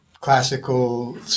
classical